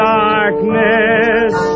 darkness